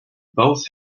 both